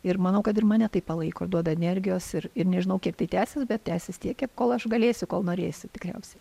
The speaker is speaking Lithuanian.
ir manau kad ir mane tai palaiko duoda energijos ir ir nežinau kiek tai tęsis bet tęsis tiek kiek kol aš galėsiu kol norėsiu tikriausiai